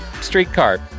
streetcar